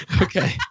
Okay